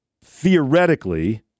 theoretically